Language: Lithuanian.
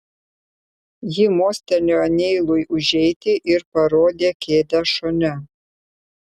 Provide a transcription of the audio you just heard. ji mostelėjo neilui užeiti ir parodė kėdę šalia